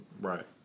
Right